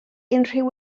unrhyw